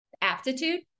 aptitude